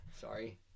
Sorry